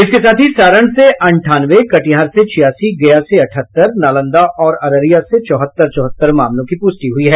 इसके साथ ही सारण से अंठानवे कटिहार से छियासी गया से अठहत्तर नालंदा और अररिया से चौहत्तर चौहत्तर मामलों की पुष्टि हुई है